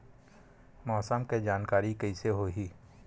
मौसम के जानकारी कइसे होही?